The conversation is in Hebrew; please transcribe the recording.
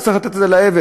אתה צריך לתת את זה לעבד,